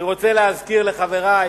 אני רוצה להזכיר לחברי